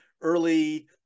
early